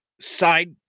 side